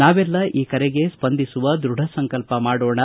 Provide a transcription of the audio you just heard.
ನಾವೆಲ್ಲ ಈ ಕರೆಗೆ ಸ್ವಂದಿಸುವ ಧ್ಯಡ ಸಂಕಲ್ಪ ಮಾಡೋಣ